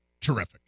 terrific